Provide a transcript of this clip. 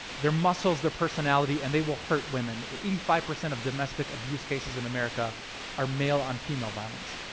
their muscles, their personality and they will hurt women. eighty-five percent of domestic abuse cases in america are male on female violence.